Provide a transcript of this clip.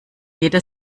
jeder